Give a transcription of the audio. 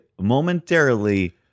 momentarily